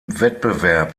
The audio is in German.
wettbewerb